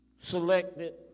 selected